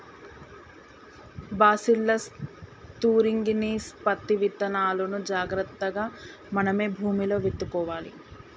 bacillus thuringiensis పత్తి విత్తనాలును జాగ్రత్తగా మనమే భూమిలో విత్తుకోవాలి